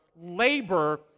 labor